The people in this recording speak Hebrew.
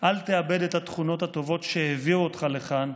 אל תאבד את התכונות הטובות שהביאו אותך לכאן,